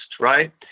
right